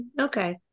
Okay